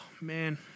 man